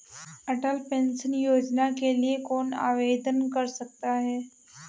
अटल pension योजना के लिए कौन आवेदन कर सकता है?